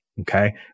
Okay